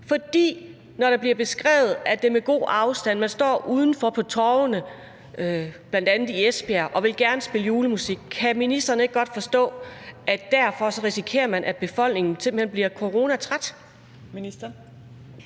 For det bliver beskrevet, at man kan gøre det med god afstand. Man står uden for på torvene i bl.a. Esbjerg, og man vil gerne spille julemusik. Kan ministeren ikke godt forstå, at man derfor risikerer, at befolkningen simpelt hen bliver coronatræt?